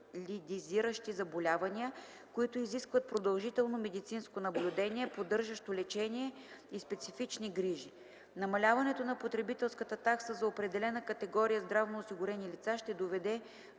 инвалидизиращи заболявания, които изискват продължително медицинско наблюдение, поддържащо лечение и специфични грижи. Намаляването на потребителската такса за определена категория здравноосигурени лица ще доведе